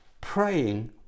praying